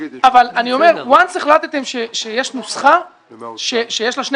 אני אומר שאם החלטתם שיש נוסחה שיש לה שני